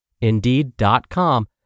Indeed.com